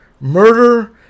murder